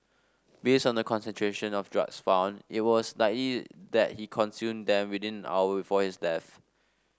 based on the concentration of drugs found it was that he consumed them within an hour before his death